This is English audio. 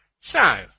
So